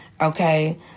Okay